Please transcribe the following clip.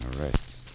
arrest